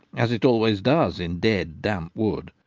as it always does in dead damp wood.